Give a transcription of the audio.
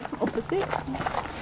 Opposite